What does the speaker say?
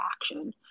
action